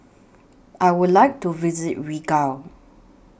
I Would like to visit Riga